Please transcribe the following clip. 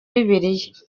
bibiliya